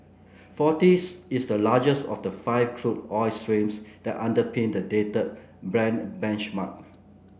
forties is the largest of the five crude oil streams that underpin the dated Brent benchmark